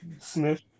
Smith